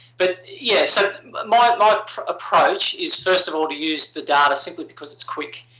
but yeah so my but approach is, first of all, to use the data simply because it's quick.